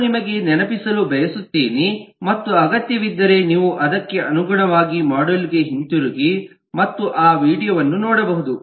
ನಾನು ನಿಮಗೆ ನೆನಪಿಸಲು ಬಯಸುತ್ತೇನೆ ಮತ್ತು ಅಗತ್ಯವಿದ್ದರೆ ನೀವು ಅದಕ್ಕೆ ಅನುಗುಣವಾಗಿ ಮಾಡ್ಯೂಲ್ ಗೆ ಹಿಂತಿರುಗಿ ಮತ್ತು ಆ ವೀಡಿಯೊವನ್ನು ನೋಡಬಹುದು